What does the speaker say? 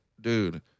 dude